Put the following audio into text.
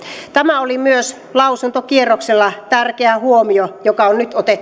oli myös lausuntokierroksella tärkeä huomio joka on